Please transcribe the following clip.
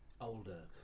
Older